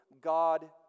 God